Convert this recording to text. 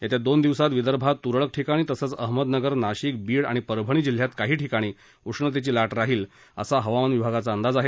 येत्या दोन दिवसात विदर्भात त्रळक ठिकाणी तसंच अहमदनगर नाशिक बीड आणि परभणी जिल्ह्यात काही ठिकाणी उष्णतेची लाट राहील असा हवामान विभागाचा अंदाज आहे